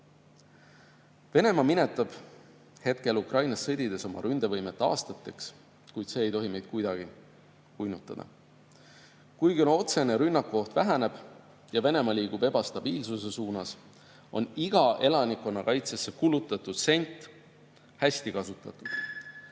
Venemaa minetab hetkel Ukrainas sõdides oma ründevõimet aastateks, kuid see ei tohi meid kuidagi uinutada. Kuigi otsene rünnakuoht väheneb ja Venemaa liigub ebastabiilsuses suunas, on iga elanikkonnakaitsesse kulutatud sent hästi kasutatud,